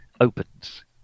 opens